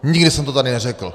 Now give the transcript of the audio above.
Nikdy jsem to tady neřekl.